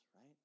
right